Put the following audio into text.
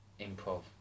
improv